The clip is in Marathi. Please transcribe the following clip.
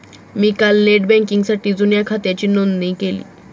मी काल नेट बँकिंगसाठी जुन्या खात्याची नोंदणी केली